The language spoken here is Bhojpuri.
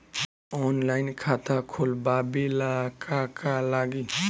ऑनलाइन खाता खोलबाबे ला का का लागि?